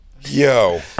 Yo